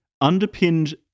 underpinned